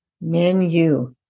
Menu